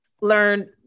learn